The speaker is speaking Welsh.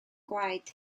gwaed